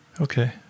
Okay